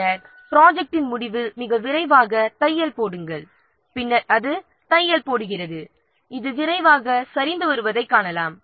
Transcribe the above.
பின்னர் ப்ராஜெக்ட்டின் முடிவில் மிக விரைவாக வளர்ந்து பின் விரைவாக சரிந்து வருவதைக் காணலாம்